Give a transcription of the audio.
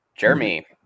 Jeremy